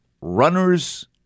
Runner's